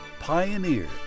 Pioneer